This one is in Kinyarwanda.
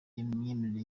imyemerere